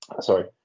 sorry